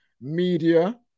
media